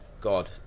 God